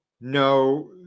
No